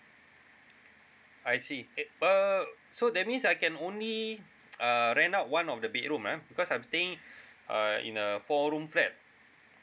I see it err so that means I can only err rent out one of the bedroom ah because I'm staying err in a four room flat